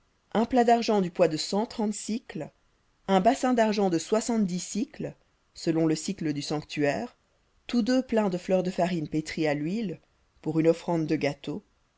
un plat d'argent du poids de cent trente un bassin d'argent de soixante-dix sicles selon le sicle du sanctuaire tous deux pleins de fleur de farine pétrie à l'huile pour une offrande de gâteau